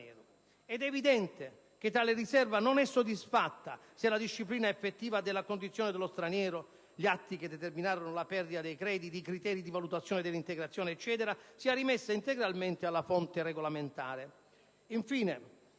è evidente che tale riserva non è soddisfatta se la disciplina effettiva della condizione dello straniero (gli atti che determinano la perdita dei crediti, i criteri di valutazione dell'integrazione e così via) è rimessa integralmente alla fonte regolamentare.